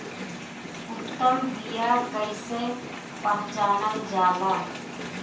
उत्तम बीया कईसे पहचानल जाला?